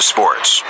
Sports